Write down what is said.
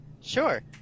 sure